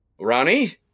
Ronnie